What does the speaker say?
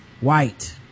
white